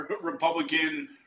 republican